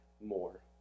more